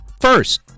First